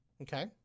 Okay